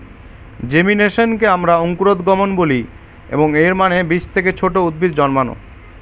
জেমিনেশনকে আমরা অঙ্কুরোদ্গম বলি, এবং এর মানে বীজ থেকে ছোট উদ্ভিদ জন্মানো